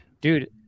dude